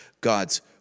God's